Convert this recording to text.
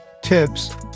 tips